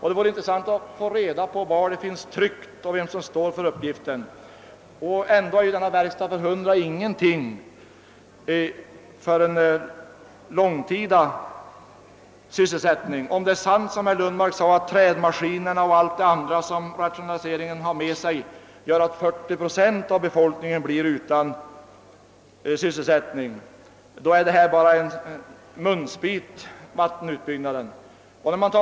Det vore intressant att få reda på var dessa finns tryckta och vem som står för dem. En sådan verkstad för kanske hundra anställda är ju ingenting att räkna med för en långtida sysselsättning. Om det är sant som herr Skoglund sade att »trädmaskinerna» och annat som rationaliseringen kan medföra gör att 40 procent av befolkningen blir utan sysselsätining, är vattenfallsutbyggnaden bara en munsbit.